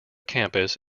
campus